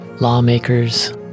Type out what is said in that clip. lawmakers